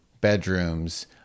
bedrooms